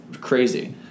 Crazy